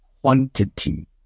quantity